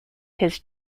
his